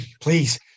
please